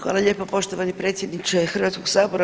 Hvala lijepo poštovani predsjedniče Hrvatskog sabora.